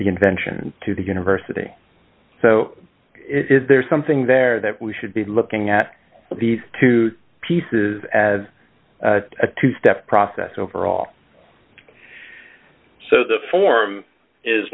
the convention to the university so is there something there that we should be looking at these two pieces as a two step process overall so the form is